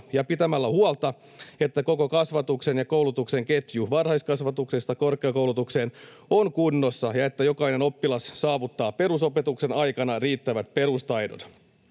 ja pitämällä huolta, että koko kasvatuksen ja koulutuksen ketju varhaiskasvatuksesta korkeakoulutukseen on kunnossa ja että jokainen oppilas saavuttaa perusopetuksen aikana riittävät perustaidot.